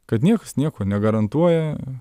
kad niekas nieko negarantuoja